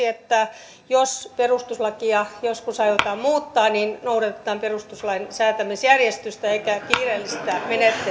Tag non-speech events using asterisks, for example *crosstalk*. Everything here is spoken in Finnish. *unintelligible* että jos perustuslakia joskus aiotaan muuttaa niin noudatetaan perustuslain säätämisjärjestystä eikä kiireellistä menettelyä